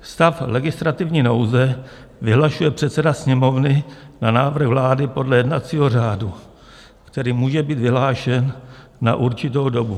Stav legislativní nouze vyhlašuje předseda Sněmovny na návrh vlády podle jednacího řádu, který může být vyhlášen na určitou dobu.